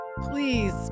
Please